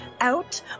out